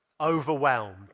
overwhelmed